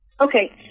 Okay